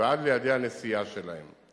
ועד ליעדי הנסיעה שלהם.